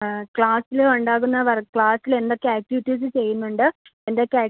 ക്ലാസ്സിൽ ഉണ്ടാകുന്നവർ ക്ലാസ്സിലെന്തൊക്കെ ആക്ടിവിറ്റീസ് ചെയ്യുന്നുണ്ട് എന്തൊക്കെ